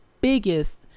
biggest